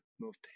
moved